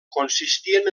consistien